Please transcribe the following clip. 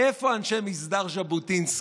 איפה אנשי מסדר ז'בוטינסקי?